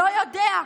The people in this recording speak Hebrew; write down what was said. לא יודע,